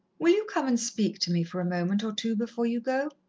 will you come and speak to me for a moment or two before you go?